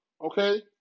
Okay